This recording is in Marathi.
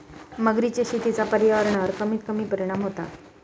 मगरीच्या शेतीचा पर्यावरणावर कमीत कमी परिणाम होता